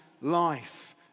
life